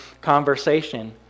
conversation